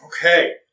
Okay